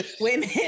women